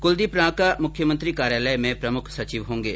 कुलदीप रांका मुख्यमंत्री कार्यालय में प्रमुख सचिव होंगे